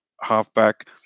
halfback